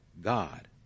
God